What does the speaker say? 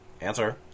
Answer